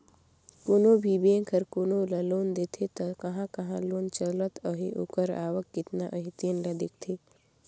कोनो भी बेंक हर कोनो ल लोन देथे त कहां कहां लोन चलत अहे ओकर आवक केतना अहे तेन ल देखथे